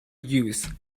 use